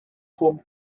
home